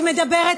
את מדברת,